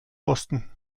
boston